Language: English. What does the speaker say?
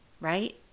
right